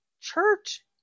church